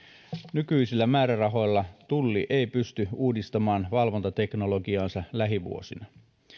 nykyisillä määrärahoilla tulli ei pysty uudistamaan valvontateknologiaansa lähivuosina